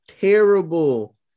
terrible